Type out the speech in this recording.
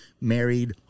married